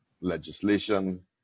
legislation